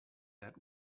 that